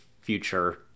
future